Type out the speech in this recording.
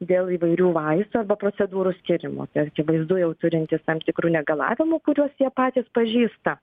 dėl įvairių vaistų arba procedūrų skyrimo tai akivaizdu jau turintys tam tikrų negalavimų kuriuos jie patys pažįsta